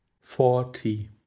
forty